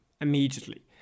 immediately